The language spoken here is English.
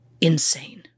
insane